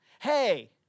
hey